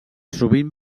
sovint